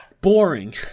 boring